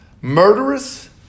murderers